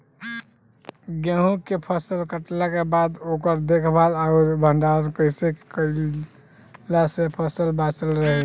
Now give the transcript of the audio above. गेंहू के फसल कटला के बाद ओकर देखभाल आउर भंडारण कइसे कैला से फसल बाचल रही?